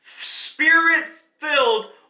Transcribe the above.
Spirit-filled